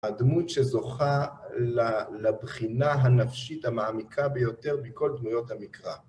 הדמות שזוכה לבחינה הנפשית המעמיקה ביותר מכל דמויות המקרא.